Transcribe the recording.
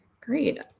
Great